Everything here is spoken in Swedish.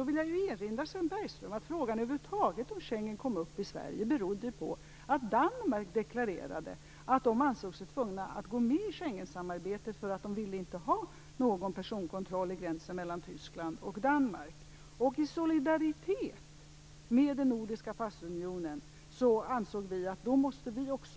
Jag vill erinra honom om att anledningen till att frågan över huvud taget kom upp i Sverige var att man i Danmark deklarerade att man ansåg sig tvungen att gå med i Schengensamarbetet därför att man inte ville ha någon personkontroll i gränsen mellan Tyskland och Danmark. I solidaritet med den nordiska passunionen ansåg vi att vi måste